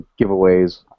giveaways